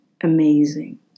amazing